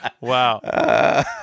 Wow